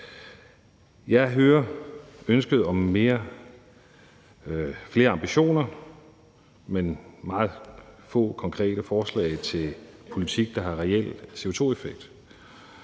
Jeg hører ønsket om flere ambitioner, men meget få konkrete forslag til politik, der har reel CO2-effekt.